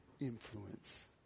influence